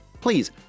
please